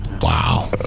Wow